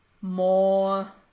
more